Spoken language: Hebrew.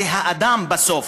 זה האדם, בסוף.